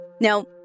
Now